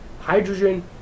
hydrogen